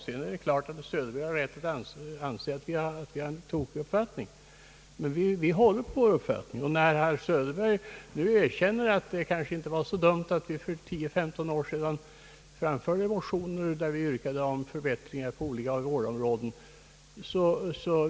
Sedan är det klart att herr Söderberg har rätt att anse, att vi har en felaktig mening. Men vi håller på vår uppfattning. Herr Söderberg erkänner ju att det inte var så dumt att vi för tio eller femton år sedan väckte motioner i vilka yrkades på förbättringar på olika vårdområden.